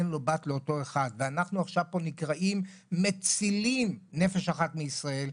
אין לו בת לאותו אחד ואנחנו עכשיו פה נקראים מצילים נפש אחת מישראל,